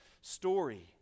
story